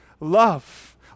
Love